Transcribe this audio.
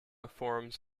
forms